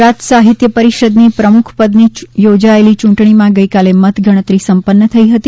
ગુજરાત સાહિત્ય પરિષદની પ્રમુખપદની યોજાયેલી ચૂંટણીમાં ગઇકાલે મતગણતરી સંપન્ન થઈ હતી